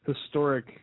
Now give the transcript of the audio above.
historic